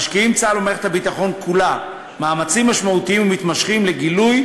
משקיעים צה"ל ומערכת הביטחון כולה מאמצים משמעותיים ומתמשכים לגילוי,